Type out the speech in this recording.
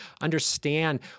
understand